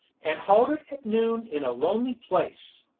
and halted at noon in a lonely place,